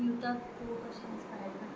तुका कोण अशें इंस्पायर जालें